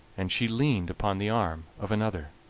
and she leaned upon the arm of another.